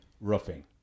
roofing